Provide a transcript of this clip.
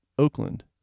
Oakland